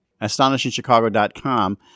AstonishingChicago.com